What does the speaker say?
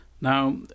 Now